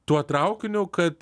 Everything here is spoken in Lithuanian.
tuo traukiniu kad